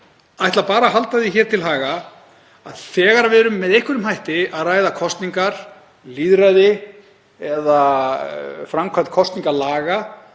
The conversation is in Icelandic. ætli bara að halda því hér til haga að þegar við erum með einhverjum hætti að ræða kosningar, lýðræði eða framkvæmd kosningalaga